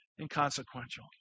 inconsequential